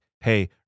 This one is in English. Hey